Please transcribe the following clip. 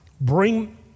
bring